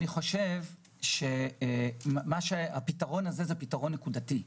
אני חושב שהפתרון הזה הוא פתרון נקודתי,